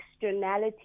externalities